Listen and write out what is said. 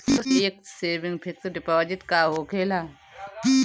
Tax saving fix deposit का होखे ला?